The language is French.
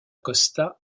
costa